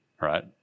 right